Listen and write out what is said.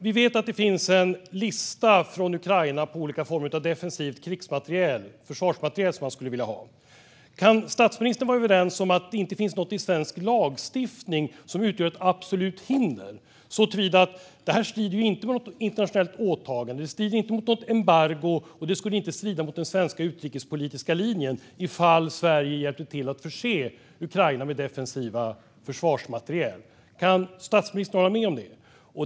Vi vet att det finns en lista från Ukraina på olika former av defensiv försvarsmateriel som man skulle vilja ha. Kan statsministern och jag vara överens om att det inte finns något i svensk lagstiftning som utgör ett absolut hinder för Sverige att hjälpa till att förse Ukraina med defensiv försvarsmateriel? Detta strider inte mot något internationellt åtagande, strider inte mot något embargo och skulle inte strida mot den svenska utrikespolitiska linjen. Kan statsministern hålla med om det?